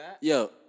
Yo